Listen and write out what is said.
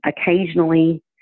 occasionally